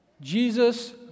Jesus